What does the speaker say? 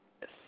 Yes